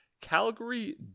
Calgary